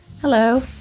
Hello